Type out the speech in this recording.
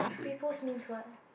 pre post means what